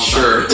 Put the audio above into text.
Sure